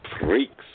Freaks